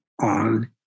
on